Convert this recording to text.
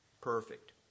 perfect